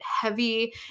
heavy